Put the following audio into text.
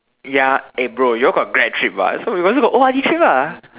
ya April you all got grad trip [what] so we also got O_R_D trip ah